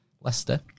Leicester